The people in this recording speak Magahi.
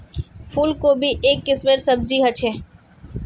फूल कोबी एक किस्मेर सब्जी ह छे